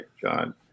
John